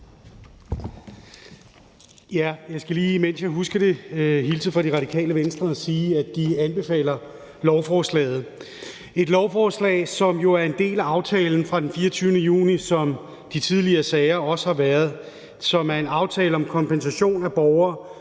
jeg skal lige, mens jeg husker det, hilse fra Det Radikale Venstre og sige, at de anbefaler lovforslaget. Det er et lovforslag, som jo er en del af aftalen fra den 24. juni, som de tidligere sager også har været, og det er en aftale om kompensation af borgere